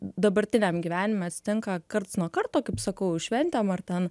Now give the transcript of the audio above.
dabartiniam gyvenime atsitinka karts nuo karto kaip sakau šventėm ar ten